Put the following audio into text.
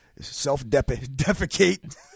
self-defecate